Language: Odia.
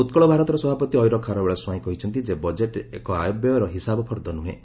ଉକ୍ଳ ଭାରତର ସଭାପତି ଐର ଖାରବେଳ ସ୍ୱାଇଁ କହିଛନ୍ତି ଯେ ବଜେଟ୍ ଏକ ଆୟବ୍ୟୟର ହିସାବ ଫର୍ଦ୍ଦ ନୁହେଁ